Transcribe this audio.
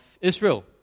Israel